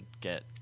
get